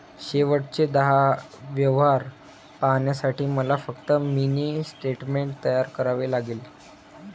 शेवटचे दहा व्यवहार पाहण्यासाठी मला फक्त मिनी स्टेटमेंट तयार करावे लागेल